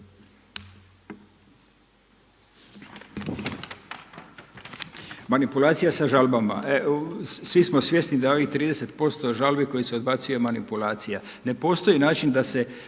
Manipulacija sa žalbama. Svi smo svjesni da ovih 30% žalbi kojih se odbacuje je manipulacija. Ne postoji način da se